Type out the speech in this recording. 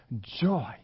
joy